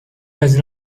does